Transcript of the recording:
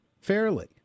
fairly